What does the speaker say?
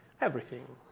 everything.